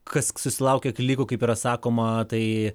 kas susilaukė klikų kaip yra sakoma tai